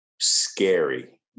scary